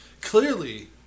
Clearly